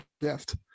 gift